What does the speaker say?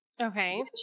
Okay